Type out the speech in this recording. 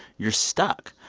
you're stuck.